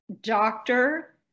doctor